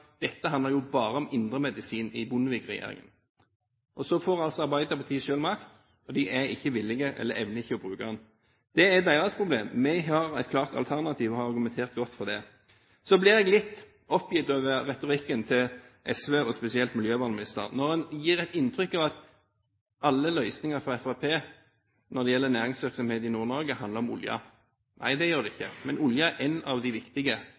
dette handler jo bare om indremedisin i Bondevik-regjeringen. Så får Arbeiderpartiet selv makt, og de er ikke villige til eller evner ikke å bruke den. Det er deres problem. Vi har et klart alternativ, og har argumentert godt for det. Så blir jeg litt oppgitt over retorikken til SV, spesielt miljøvernministeren, når han gir et inntrykk av at alle løsninger for Fremskrittspartiet når det gjelder næringsvirksomhet i Nord-Norge, handler om olje. Nei, det gjør det ikke, men olje er en av de viktige